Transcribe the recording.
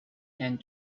and